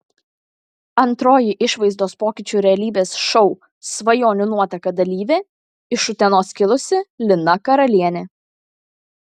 antroji išvaizdos pokyčių realybės šou svajonių nuotaka dalyvė iš utenos kilusi lina karalienė